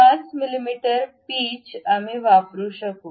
5 मिमी पिच आम्ही वापरु शकू